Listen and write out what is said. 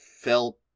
felt